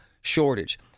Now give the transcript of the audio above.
shortage